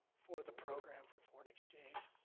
for the program for foreign exchange,